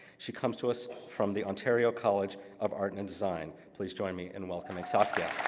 she comes to us from the ontario college of art and design. please join me in welcoming saskia.